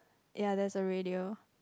ya there's a radio